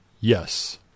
Yes